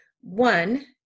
One